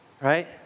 right